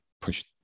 push